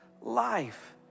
Life